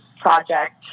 project